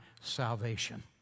salvation